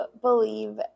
believe